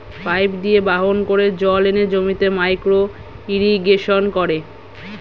pipe দিয়ে বাহন করে জল এনে জমিতে মাইক্রো ইরিগেশন করে